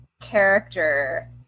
character